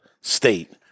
state